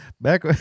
Back